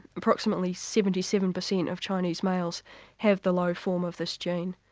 approximately seventy seven percent of chinese males have the low form of this gene.